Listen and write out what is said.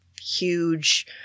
huge